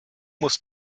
muss